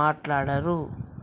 మాట్లాడరు